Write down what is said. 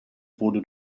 wurde